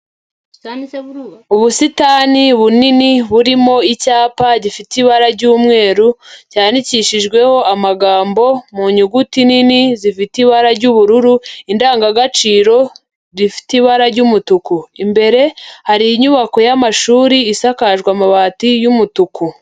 Ubusitani bunini burimo icyapa gifite ibara ry'umweru cyandikishijweho amagambo mu nyuguti nini zifite ibara ry'ubururu, indangagaciro rifite ibara ry'umutuku, imbere hari inyubako y'amashuri isakaje amabati y'umutuku.